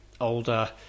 older